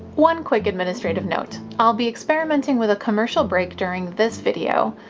one quick administrative note i'll be experimenting with a commercial break during this video.